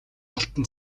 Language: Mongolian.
алдан